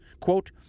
Quote